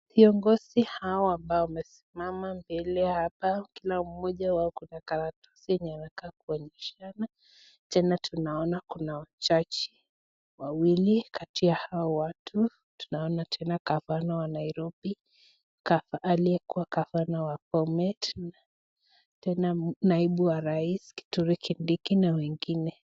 Viongozi hawa ambao wamesimama mbele hapa, kila mmoja wao ako na karatasi yenye anakaa kuonyeshana, tena tunaona kuna jaji wawili. Kati ya hawa watu tunaona tena gavana wa Nairobi, aliyekuwa gavana wa Bomet, tena naibu wa rais Kithure Kindiki na wengine.